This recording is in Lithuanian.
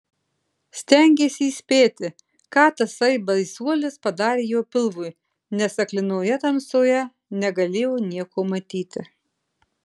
stengėsi įspėti ką tasai baisuolis padarė jo pilvui nes aklinoje tamsoje negalėjo nieko matyti